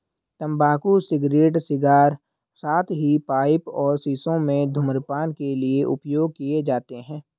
तंबाकू cigarette, cigar, साथ ही पाइप और शीशों में धूम्रपान के लिए उपयोग किए जाते हैं